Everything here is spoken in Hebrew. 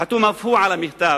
החתום אף הוא על המכתב,